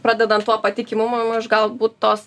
pradedant tuo patikimumu iš galbūt tos